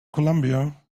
columbia